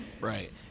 Right